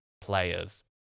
players